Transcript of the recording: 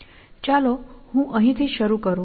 ચાલો હું અહીંથી શરૂ કરું